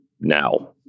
now